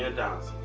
and dance.